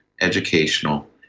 educational